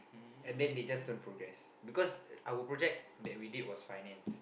and then they just don't progress because our project that we did was finance